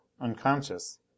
unconscious